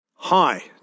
Hi